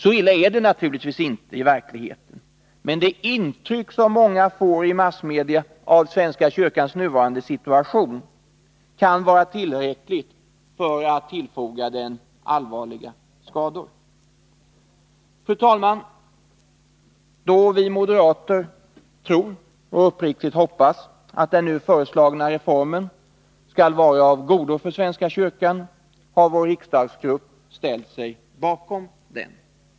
Så illa är det naturligtvis inte i verkligheten, men det intryck som många får i massmedia av svenska kyrkans nuvarande situation kan vara tillräckligt för att tillfoga den allvarliga skador. Fru talman! Då vi moderater tror och uppriktigt hoppas att den nu föreslagna reformen skall vara av godo för svenska kyrkan har vår riksdagsgrupp ställt sig bakom den.